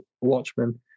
Watchmen